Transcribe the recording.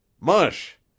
mush